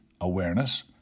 awareness